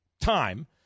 time